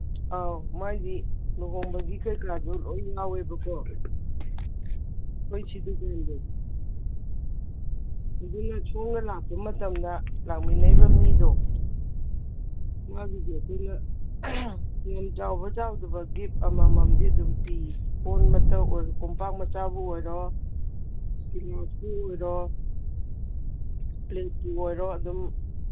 ꯑꯧ ꯃꯥꯏꯗꯤ ꯂꯨꯍꯣꯡꯕꯒꯤ ꯀꯔꯤ ꯀꯔꯥꯁꯨ ꯂꯣꯏ ꯌꯥꯎꯋꯦꯕꯀꯣ ꯑꯩꯈꯣꯏ ꯁꯤꯗ ꯑꯗꯨꯅ ꯁꯣꯝꯅ ꯂꯥꯛꯄ ꯃꯇꯝꯗ ꯂꯥꯛꯃꯤꯟꯅꯩꯕ ꯃꯤꯗꯣ ꯃꯥꯒꯤꯁꯨ ꯑꯈꯣꯏꯅ ꯌꯁꯝ ꯆꯥꯎꯕ ꯆꯥꯎꯗꯕ ꯒꯤꯞ ꯑꯃꯃꯝꯗꯤ ꯑꯗꯨꯝ ꯄꯤ ꯀꯣꯟꯃꯛꯇ ꯑꯣꯏꯔꯣ ꯀꯣꯝꯄꯥꯛ ꯃꯆꯥꯕꯨ ꯑꯣꯏꯔꯣ ꯒꯤꯂꯥꯁꯄꯨ ꯑꯣꯏꯔꯣ ꯄ꯭ꯂꯦꯠꯄꯨ ꯑꯣꯏꯔꯣ ꯑꯗꯨꯝ